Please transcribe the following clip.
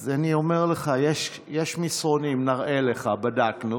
אז אני אומר לך, יש מסרונים, נראה לך, בדקנו.